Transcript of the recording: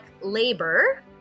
labor